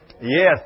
Yes